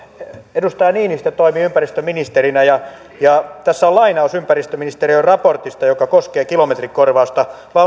edustaja niinistö toimi ympäristöministerinä ja ja tässä on lainaus ympäristöministeriön raportista joka koskee kilometrikorvausta